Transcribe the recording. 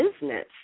business